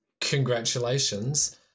congratulations